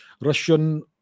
Russian